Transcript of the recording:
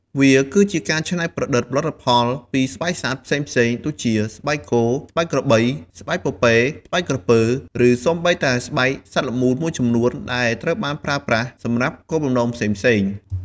វាគឺជាការច្នៃប្រឌិតផលិតផលពីស្បែកសត្វផ្សេងៗ ដូចជា ស្បែកគោ ស្បែកក្របី ស្បែកពពែ ស្បែកក្រពើ ឬសូម្បីតែស្បែកសត្វល្មូនមួយចំនួន ដែលត្រូវបានប្រើប្រាស់សម្រាប់គោលបំណងផ្សេងៗ។